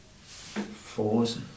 fours